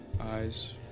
eyes